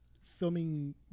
filming